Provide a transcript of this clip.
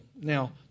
Now